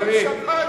עונג שבת.